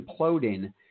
imploding